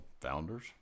Founders